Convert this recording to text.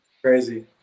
Crazy